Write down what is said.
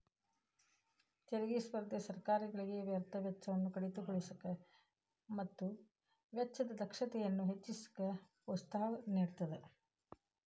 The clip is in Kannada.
ತೆರಿಗೆ ಸ್ಪರ್ಧೆ ಸರ್ಕಾರಗಳಿಗೆ ವ್ಯರ್ಥ ವೆಚ್ಚವನ್ನ ಕಡಿತಗೊಳಿಸಕ ಮತ್ತ ವೆಚ್ಚದ ದಕ್ಷತೆಯನ್ನ ಹೆಚ್ಚಿಸಕ ಪ್ರೋತ್ಸಾಹ ನೇಡತದ